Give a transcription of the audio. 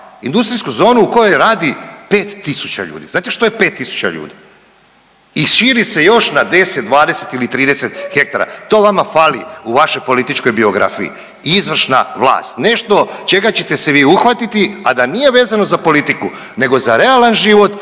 industrijsku zonu u kojoj radi 5.000 ljudi. Znate što je 5.000 ljudi? I širi se još na 10, 20 ili 30 hektara. To vama fali u vašoj političkoj biografiji i izvršna vlast nešto čega ćete se vi uhvatiti, a da nije vezano za politiku nego za realan život